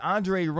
Andre